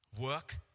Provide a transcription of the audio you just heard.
Work